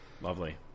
Lovely